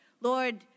Lord